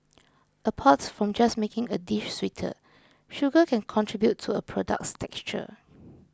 apart from just making a dish sweeter sugar can contribute to a product's texture